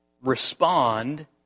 respond